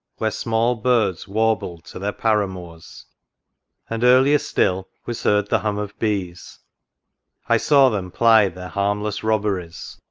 where small birds warbled to their paramours and, earlier still, was heard the hum of bees i saw them ply their harmless robberies,